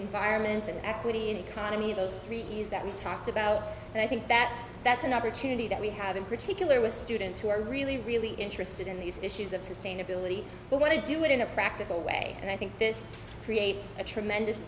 environment and equity and economy those three e's that we talked about and i think that's that's an opportunity that we have in particular with students who are really really interested in these issues of sustainability who want to do it in a practical way and i think this creates a tremendous